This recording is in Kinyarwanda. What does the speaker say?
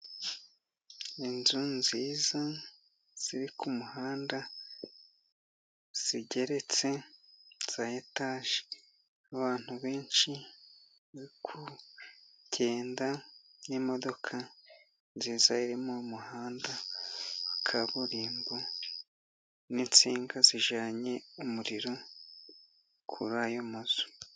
Inzu nziza ziri ku muhanda, zigeretse za etaje, abantu benshi bari kugenda, n'imodoka nziza iri mu muhanda wa kaburimbo, n'insinga zijanye umuriro kuri ayo mazu.